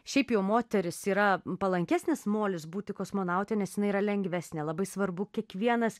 šiaip jau moteris yra palankesnis molis būti kosmonaute nes jinai yra lengvesnė labai svarbu kiekvienas